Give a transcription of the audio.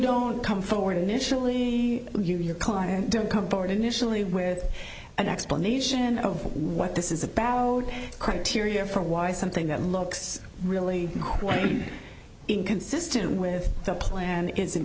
don't come forward initially you your current don't come forward initially with an explanation of what this is about criteria for why something that looks really inconsistent with the plan is in